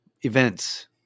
events